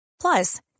Plus